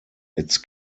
its